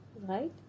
right